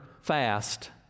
fast